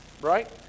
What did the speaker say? right